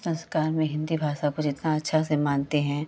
संस्कार में हिन्दी भाषा को जितना अच्छा से मानते हैं